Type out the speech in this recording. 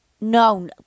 No